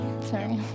Sorry